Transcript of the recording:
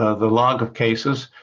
ah the log of cases,